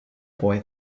boy